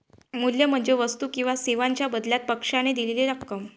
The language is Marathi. मूल्य म्हणजे वस्तू किंवा सेवांच्या बदल्यात पक्षाने दिलेली रक्कम